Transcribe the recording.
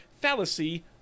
fallacy